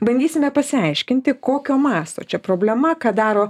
bandysime pasiaiškinti kokio masto čia problema ką daro